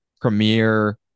premiere